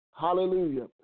Hallelujah